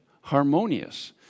harmonious